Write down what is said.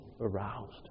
aroused